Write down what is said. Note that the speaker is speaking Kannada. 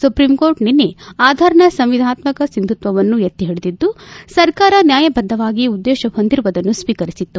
ಸುಪ್ರೀಂಕೋರ್ಟ್ ನಿನ್ನೆ ಆಧಾರ್ನ ಸಂವಿಧಾನಾತ್ಮಕ ಸಿಂಧುತ್ವವನ್ನು ಎತ್ತಿ ಹಿಡಿದಿದ್ದು ಸರ್ಕಾರ ನ್ಯಾಯಬದ್ಧವಾದ ಉದ್ದೇಶ ಹೊಂದಿರುವುದನ್ನು ಶ್ಶೀರಿಕರಿಸಿತ್ತು